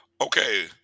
Okay